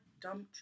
dump